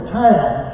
town